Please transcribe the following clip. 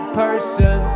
person